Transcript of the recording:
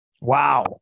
Wow